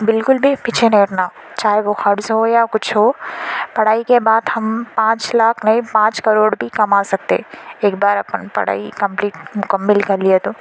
بالکل بھی پیچھے نہیں ہٹنا چاہے وہ ہو یا کچھ ہو پڑھائی کے بعد ہم پانچ لاکھ نہیں پانچ کروڑ بھی کما سکتے ایک بار اپن پڑھائی کمپلیٹ مکمل کر لیے تو